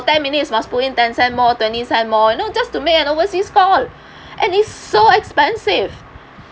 ten minutes must put ten cents more twenty cents more you know just to make an overseas call and it's so expensive